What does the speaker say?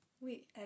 Oui